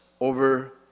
over